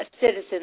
citizens